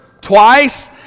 twice